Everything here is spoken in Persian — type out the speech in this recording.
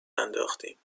انداختیم